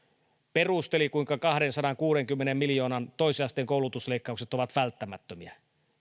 perusteli kuinka kahdensadankuudenkymmenen miljoonan toisen asteen koulutusleikkaukset ovat välttämättömiä